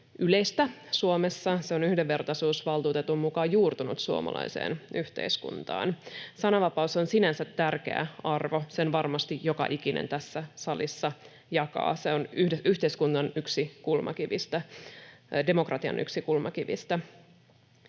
yleistä Suomessa, se on yhdenvertaisuusvaltuutetun mukaan juurtunut suomalaiseen yhteiskuntaan. Sananvapaus on sinänsä tärkeä arvo, sen varmasti joka ikinen tässä salissa jakaa. Se on yksi yhteiskunnan kulmakivistä, yksi demokratian kulmakivistä.